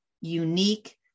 unique